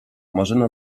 marzena